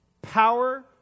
Power